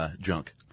junk